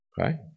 Okay